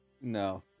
No